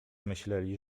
myśleli